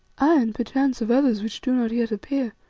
and perchance of others which do not yet appear,